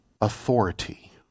authority